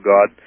God